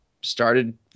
started –